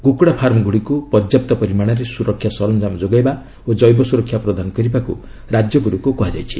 କୁକୁଡ଼ା ଫାର୍ମ ଗୁଡ଼ିକକୁ ପର୍ଯ୍ୟାପ୍ତ ପରିମାଣରେ ସୁରକ୍ଷା ସରଞ୍ଜାମ ଯୋଗାଇବା ଓ ଜେିବ ସୁରକ୍ଷା ପ୍ରଦାନ କରିବାକୁ ରାଜ୍ୟ ଗୁଡ଼ିକୁ କୁହାଯାଇଛି